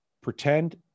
pretend